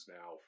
now